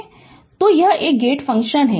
Refer Slide Time 1839 तो यह एक गेट फंक्शन है